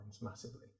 massively